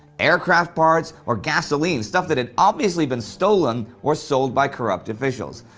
aircraft parts, or gasoline stuff that had obviously been stolen or sold by corrupt officials.